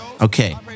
Okay